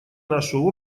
нашу